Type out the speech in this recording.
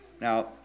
Now